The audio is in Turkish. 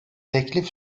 teklif